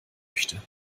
möchte